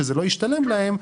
שממילא זה לא ישתלם להם,